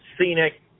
scenic